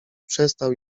przestał